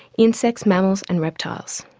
insects, mammals and reptiles.